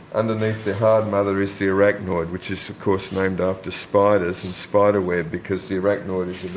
underneath the hard mother is the arachnoid which is, of course, named after spiders and spider web because the arachnoid is